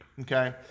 okay